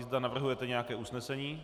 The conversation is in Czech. Zda navrhujete nějaké usnesení.